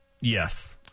Yes